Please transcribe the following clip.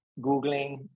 Googling